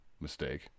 Mistake